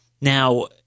Now